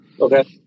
Okay